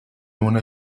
una